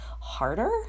harder